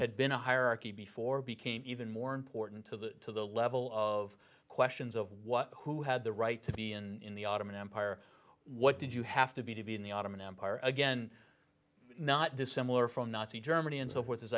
had been a hierarchy before became even more important to the to the level of questions of what who had the right to be in the ottoman empire what did you have to be to be in the ottoman empire again not dissimilar from nazi germany and so forth this